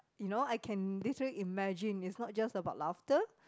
you know I can this way imagine it's not just about laughter